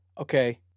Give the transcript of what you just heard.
okay